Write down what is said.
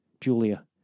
Julia